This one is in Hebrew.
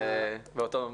היושב-ראש,